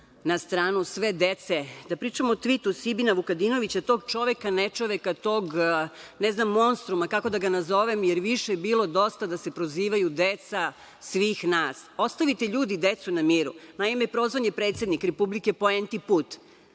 na stranu sve dece, da pričam o tvitu Sibina Vukadinovića, tog čoveka, nečoveka, tog monstruma, ne znam kako da ga nazovem, jer više je bilo dosta da se prozivaju deca svih nas. Ostavite ljudi decu na miru! Naime, prozvan je predsednik republike, poenti put.